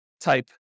type